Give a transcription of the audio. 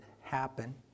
happen